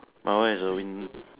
my one is a wind